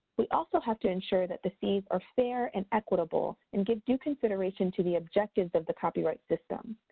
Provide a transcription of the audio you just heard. we also have to ensure that the fees are fair and equitable and give due consideration to the objectives of the copyright system.